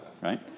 right